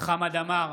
חמד עמאר,